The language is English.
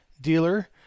dealer